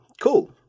cool